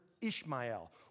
Ishmael